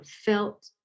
felt